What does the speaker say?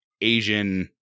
Asian